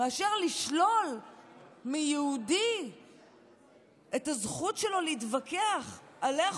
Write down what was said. מאשר לשלול מיהודי את הזכות שלו להתווכח על איך